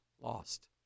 lost